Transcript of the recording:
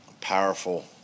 powerful